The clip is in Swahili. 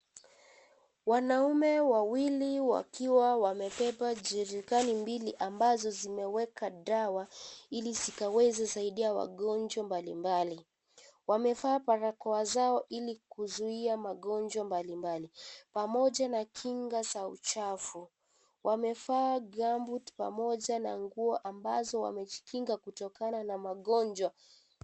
Wanaume wawili wakiwa wamebeba jericani mbili ambazo zimeweka dawa ili zikaweze saidia wagonjwa mbalimbali wamevaa barakoa zao ili kuzuia magonjwa pamoja na kinga za uchafu wamevaa gumboot pamoja na nguo ambazo wamejikinga kutokana na magonjwa